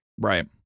right